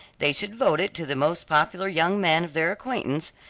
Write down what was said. they should vote it to the most popular young man of their acquaintance,